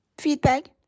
feedback